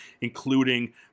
including